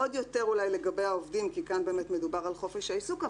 עוד יותר אולי לגבי העובדים כי כאן באמת מדובר על חופש העיסוק,